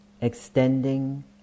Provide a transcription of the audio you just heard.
extending